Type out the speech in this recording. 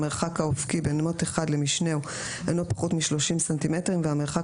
המרחק האופקי בין מוט אחד למשנהו אינו פחות משלושים סנטימטרים והמרחק